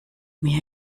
mir